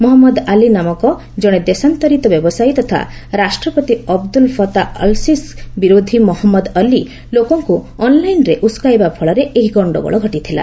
Mohammad Ali ନାମକ ଜଣେ ଦେଶାନ୍ତରିତ ବ୍ୟବସାୟୀ ତଥା ରାଷ୍ଟ୍ରପତି ଅବଦୁଲ ଫତା ଅଲ୍ସିସିଙ୍କ ବିରୋଧୀ ମହମ୍ମଦ ଅଲି ଲୋକଙ୍କୁ ଅନ୍ଲାଇନ୍ରେ ଉସକାଇବା ଫଳରେ ଏହି ଗଣ୍ଡଗୋଳ ଘଟିଥିଲା